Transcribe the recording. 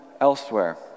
elsewhere